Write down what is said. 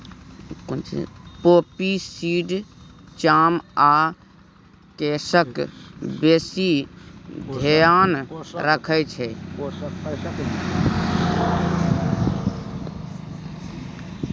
poppy seed चाम आ केसक बेसी धेआन रखै छै